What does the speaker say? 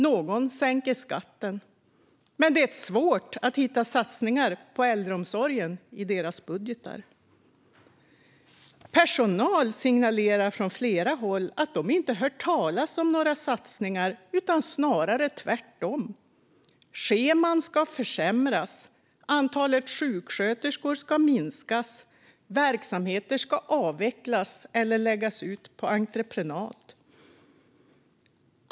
Någon sänker skatten. Det är dock svårt att hitta satsningar på äldreomsorgen i deras budgetar. Personal signalerar från flera håll att de inte hört talas om några satsningar, snarare tvärtom. Scheman ska försämras. Antalet sjuksköterskor ska minskas. Verksamheter ska avvecklas eller läggas ut på entreprenad.